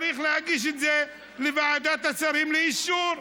צריך להגיש את זה לוועדת השרים לאישור.